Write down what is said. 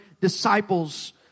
disciples